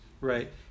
right